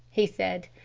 he said,